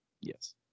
yes